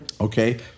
okay